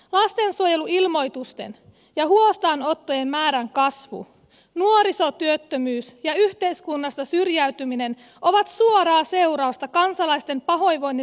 lastensuojeluilmoitusten ja huostaanottojen määrän kasvu nuorisotyöttömyys ja yhteiskunnasta syrjäytyminen ovat suoraa seurausta kansalaisten pahoinvoinnin lisääntymisestä